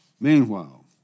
Meanwhile